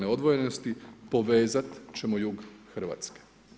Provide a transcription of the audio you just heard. odvojenosti povezati ćemo jug Hrvatske.